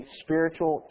spiritual